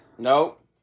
Nope